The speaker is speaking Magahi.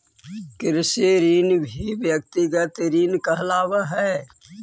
कृषि ऋण भी व्यक्तिगत ऋण कहलावऽ हई